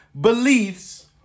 beliefs